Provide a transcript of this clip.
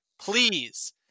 Please